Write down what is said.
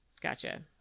Gotcha